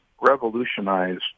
revolutionized